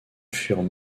furent